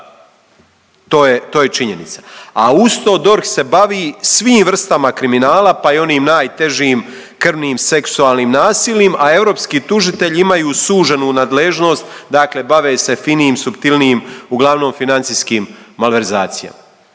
to je činjenica. A uz to DORH se bavi svim vrstama kriminala pa i onim najtežim krvnim, seksualnim nasilnim, a europski tužitelji imaju suženu nadležnost dakle bave se finijim, suptilnijim uglavnom financijskim malverzacijama.